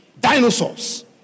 Dinosaurs